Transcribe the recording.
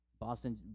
Boston